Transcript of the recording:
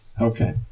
okay